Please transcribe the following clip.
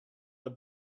the